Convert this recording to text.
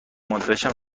مادرشم